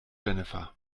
jennifer